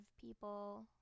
people